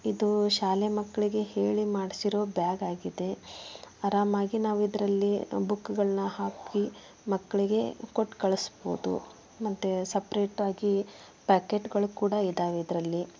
ಇದು ಶಾಲೆ ಮಕ್ಕಳಿಗೆ ಹೇಳಿ ಮಾಡ್ಸಿರೊ ಬ್ಯಾಗ್ ಆಗಿದೆ ಆರಾಮಾಗಿ ನಾವು ಇದರಲ್ಲಿ ಬುಕ್ಗಳನ್ನು ಹಾಕಿ ಮಕ್ಕಳಿಗೆ ಕೊಟ್ಕಳ್ಸ್ಬೋದು ಮತ್ತೆ ಸಪರೇಟ್ ಆಗಿ ಪ್ಯಾಕೆಟ್ಗಳು ಕೂಡ ಇದ್ದಾವೆ ಇದರಲ್ಲಿ